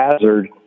hazard